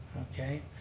okay,